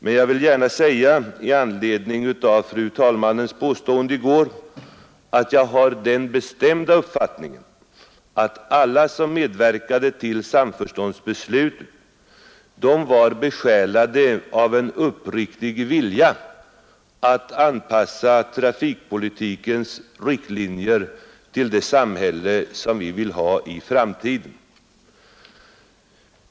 Med anledning av fru andre vice talmannens påstående i går vill jag gärna säga att jag har den bestämda uppfattningen att alla som medverkade till samförståndsbeslutet var besjälade av en uppriktig vilja att anpassa trafikpolitikens riktlinjer till det samhälle som vi vill ha i framtiden.